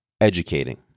educating